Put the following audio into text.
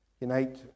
Unite